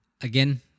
Again